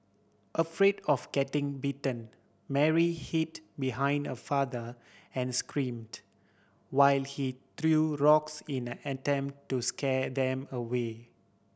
afraid of getting bitten Mary hid behind her father and screamed while he threw rocks in an attempt to scare them away